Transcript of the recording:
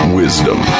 wisdom